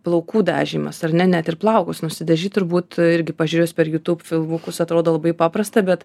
plaukų dažymas ar ne net ir plaukus nusidažyt turbūt irgi pažiūrėjus per jūtūb filmukus atrodo labai paprasta bet